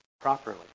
properly